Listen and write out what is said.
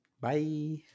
bye